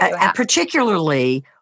particularly